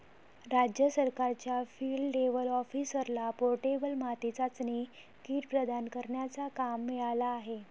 राज्य सरकारच्या field level ऑफिसरला पोर्टेबल माती चाचणी किट प्रदान करण्याचा काम मिळाला आहे